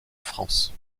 france